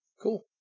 Cool